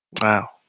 Wow